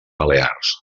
balears